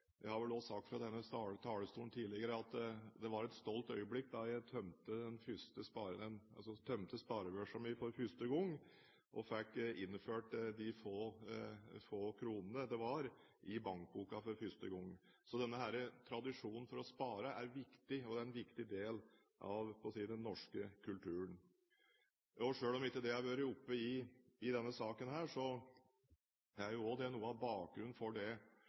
Jeg har vel også sagt fra denne talerstolen tidligere at det var et stolt øyeblikk da jeg tømte sparebøssa mi for første gang og fikk ført inn de få kronene i bankboka for første gang. Så denne tradisjonen for å spare er viktig. Det er en viktig del av den norske kulturen. Selv om det ikke har vært oppe i denne saken, er også dette noe av bakgrunnen for det